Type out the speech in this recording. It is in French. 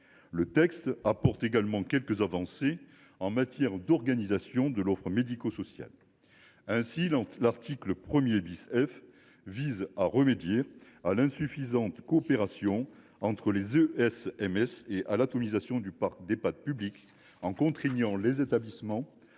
Le texte apporte également quelques avancées en matière d’organisation de l’offre médico sociale. Ainsi l’article 1 F vise t il à remédier à l’insuffisante coopération entre les ESMS et à l’atomisation du parc d’Ehpad publics en contraignant les établissements